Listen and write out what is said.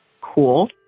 cool